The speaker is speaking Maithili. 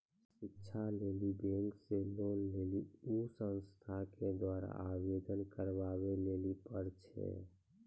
शिक्षा लेली बैंक से लोन लेली उ संस्थान के द्वारा आवेदन करबाबै लेली पर छै?